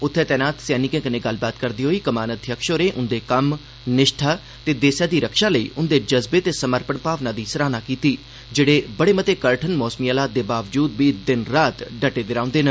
उत्थै तैनात सैनिकें कन्नै गल्लबात करदे होई कमानाध्यक्ष होरें उन्दे कम्म निष्ठा ते देसा दी रक्षा लेई उन्दे जज्बे ते समर्पण भाव दी सराहना कीती जेड़े बड़े मते कठन मौसमी हालात दे बावजूद बी दिन रात डटे दे रौंहदे न